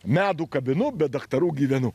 medų kabinu be daktarų gyvenu